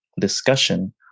discussion